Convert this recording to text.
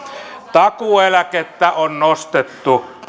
takuueläkettä on nostettu